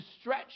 stretch